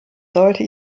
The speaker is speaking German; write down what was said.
sollte